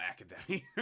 Academy